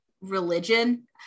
religion